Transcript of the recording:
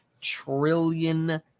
trillion